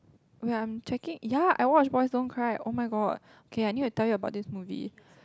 we are checking ya I watched the boys don't cry oh-my-god k I need to tell you about this movie